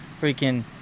freaking